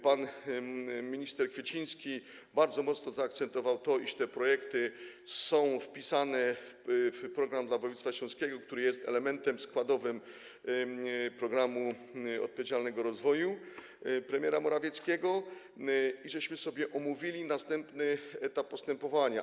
Pan minister Kwieciński bardzo mocno zaakcentował to, iż te projekty są wpisane w program dla województwa śląskiego, który jest elementem składowym programu odpowiedzialnego rozwoju premiera Morawieckiego, po czym omówiliśmy następny etap postępowania.